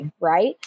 right